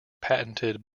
patented